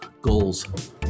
goals